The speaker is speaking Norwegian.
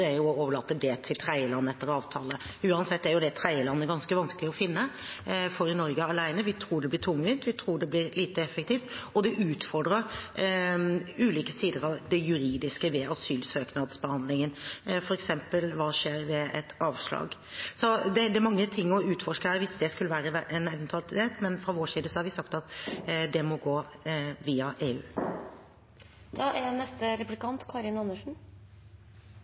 er å overlate det til tredjeland etter avtale. Uansett er jo det tredjelandet ganske vanskelig å finne for Norge alene. Vi tror det blir tungvint. Vi tror det blir lite effektivt, og det utfordrer ulike sider av det juridiske ved asylsøknadsbehandlingen, f.eks. hva som skjer ved et avslag. Så det er mange ting å utforske her hvis det skulle være en eventualitet, men fra vår side har vi sagt at det må gå via EU.